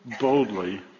boldly